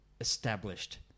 established